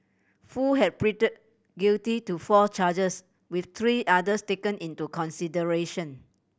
foo had guilty to four charges with three others taken into consideration